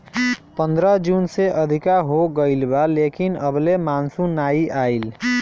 पंद्रह जून से अधिका हो गईल बा लेकिन अबले मानसून नाइ आइल